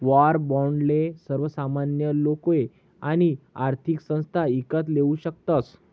war बाॅन्डले सर्वसामान्य लोके आणि आर्थिक संस्था ईकत लेवू शकतस